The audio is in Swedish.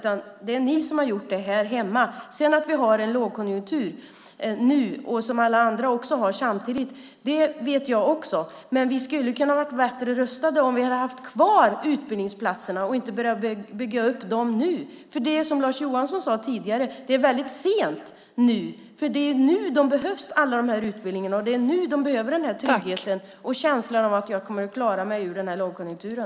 Att vi och alla andra nu är inne i en lågkonjunktur vet jag, men vi skulle ha varit bättre rustade om vi hade haft kvar utbildningsplatserna och inte behövt bygga upp dem nu. Precis som Lars Johansson sade tidigare är det väldigt sent att börja med det nu, för det är nu alla dessa utbildningar behövs. Det är nu man behöver känna trygghet och veta att man kommer att klara sig ur lågkonjunkturen.